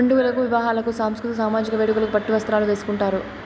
పండుగలకు వివాహాలకు సాంస్కృతిక సామజిక వేడుకలకు పట్టు వస్త్రాలు వేసుకుంటారు